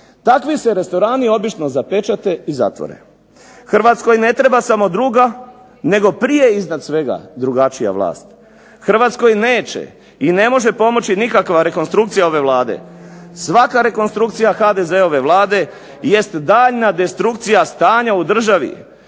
Takvi se restorani obično zapečate i zatvore. Hrvatskoj ne treba samo druga, nego prije i iznad svega drugačija vlast. Hrvatskoj neće i ne može pomoći nikakva rekonstrukcija ove Vlade, svaka rekonstrukcija HDZ-ove Vlade jest daljnja destrukcija stanja u državi,